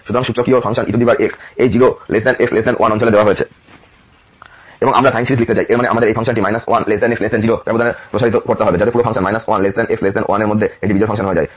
সুতরাং সূচকীয় function ex এই 0 x 1 অঞ্চলে দেওয়া হয়েছে এবং আমরা এর সাইন সিরিজ লিখতে চাই এর মানে হল আমাদের এই ফাংশনটি 1 x 0 ব্যবধানে প্রসারিত করতে হবে যাতে পুরো ফাংশন 1x1 এর মধ্যে একটি বিজোড় ফাংশন হয়ে যায়